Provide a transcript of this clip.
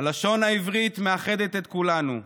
הלשון העברית מאחדת את כולנו,